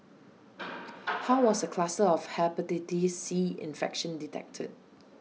how was the cluster of Hepatitis C infection detected